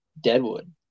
deadwood